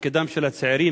תפקידם של הצעירים,